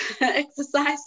exercise